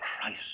Christ